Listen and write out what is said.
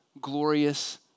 glorious